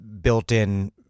built-in